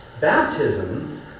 Baptism